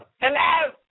Hello